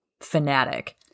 fanatic